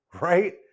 right